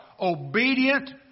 Obedient